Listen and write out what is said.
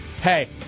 hey